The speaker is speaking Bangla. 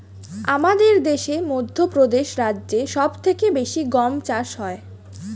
আমাদের দেশে মধ্যপ্রদেশ রাজ্যে সব থেকে বেশি গম চাষ হয়